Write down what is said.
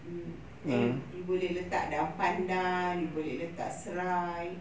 mm then you boleh letak daun pandan daun serai